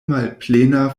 malplena